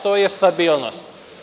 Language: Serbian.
To je stabilnost.